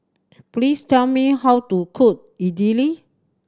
please tell me how to cook Idili